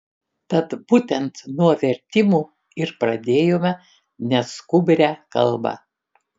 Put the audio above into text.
tad būtent nuo vertimų ir pradėjome neskubrią kalbą